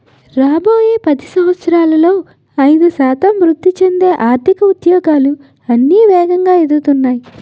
రాబోయే పది సంవత్సరాలలో ఐదు శాతం వృద్ధి చెందే ఆర్థిక ఉద్యోగాలు అన్నీ వేగంగా ఎదుగుతున్నాయి